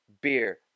beer